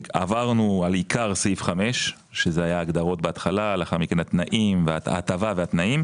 עברנו על עיקר סעיף 5 כשבהתחלה היו הגדרות ולאחר מכן הטבה והתנאים.